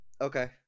Okay